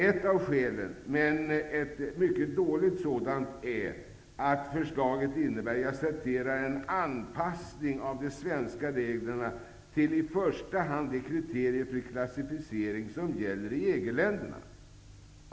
Ett av skälen -- men ett mycket dåligt sådant -- är att förslaget innebär ''en anpassning av de svenska reglerna till i första hand de kriterier för klassificering som gäller i EG-länderna''.